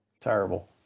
Terrible